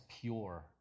pure